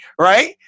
Right